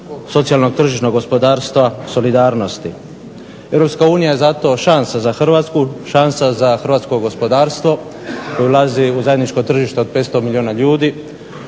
socijalnog tržišnog gospodarstva, solidarnosti. Europska unija je zato šansa za Hrvatsku, šansa za hrvatsko gospodarstvo koje ulazi u zajedničko tržište od 500 milijuna ljudi,